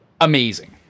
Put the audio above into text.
amazing